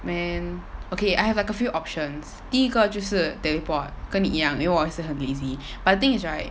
man okay I have like a few options 第一个就是 teleport 跟你一样因为我也是很 lazy but the thing is right